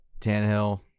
Tannehill